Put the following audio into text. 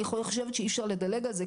אני חושבת שאי אפשר לדלג על זה,